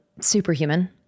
Superhuman